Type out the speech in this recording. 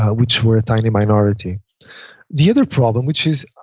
which were a tiny minority the other problem, which is,